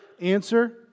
Answer